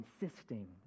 insisting